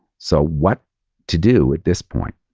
so, what to do at this point?